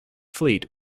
fleet